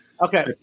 Okay